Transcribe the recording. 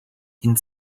ihn